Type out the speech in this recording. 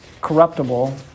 corruptible